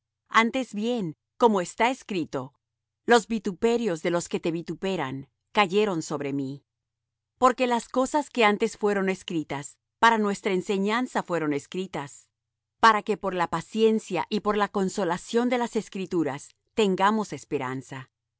antes bien como está escrito los vituperios de los que te vituperan cayeron sobre mí porque las cosas que antes fueron escritas para nuestra enseñanza fueron escritas para que por la paciencia y por la consolación de las escrituras tengamos esperanza